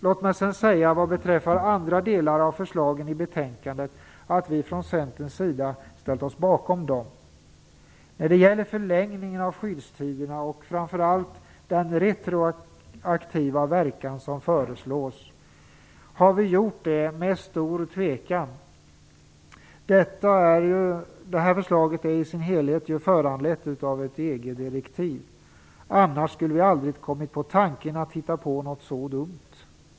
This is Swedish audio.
Låt mig sedan vad beträffar andra delar av förslagen i betänkandet säga att vi från Centerns sida ställt oss bakom dem. När det gäller förlängningen av skyddstiderna, framför allt den retroaktiva verkan som föreslås, har vi gjort det med stor tvekan. Det här förslaget är i sin helhet föranlett av ett EG-direktiv. Annars skulle vi aldrig ha kommit på tanken att hitta på något så dumt.